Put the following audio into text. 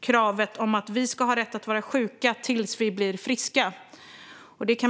kravet att vi ska ha rätt att vara sjuka tills vi blir friska som sin främsta fråga.